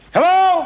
Hello